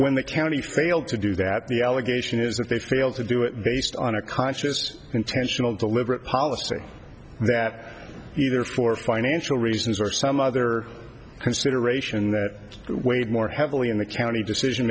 when the county failed to do that the allegation is that they failed to do it based on a conscious intentional deliberate policy that either for financial reasons or some other consideration that weighed more heavily in the county decision